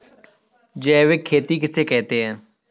जैविक खेती किसे कहते हैं?